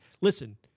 listen